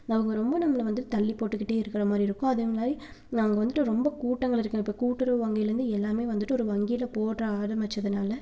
அவங்க ரொம்ப நம்மள வந்து தள்ளி போட்டு கிட்டே இருக்கிற மாதிரி இருக்கும் அதே மாதிரி அங்கே வந்துட்டு ரொம்ப கூட்டங்களை இருக்க இப்போ கூட்டுறவு வங்கிலேருந்து எல்லாமே வந்துட்டு ஒரு வங்கியில போடுற ஆரம்பிச்சதனால